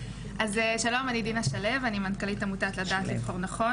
רק ברור לנו שכדי להעביר את החוק בסופו של דבר יהיו גם נגד,